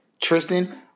Tristan